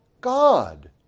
God